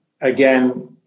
Again